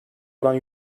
oran